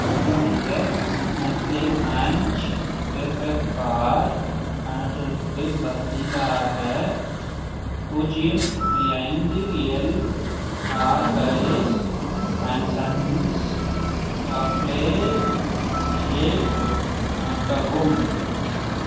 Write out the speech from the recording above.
என்னுடைய Nestle Munch wafer bar ஆர்டருக்குப் பதிலாக பூஜ்ஜியம் புள்ளி ஐந்து L and sons chocolate shake அனுப்பவும்